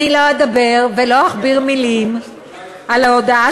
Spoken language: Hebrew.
אני לא אדבר ולא אכביר מילים על ההודעה